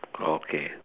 okay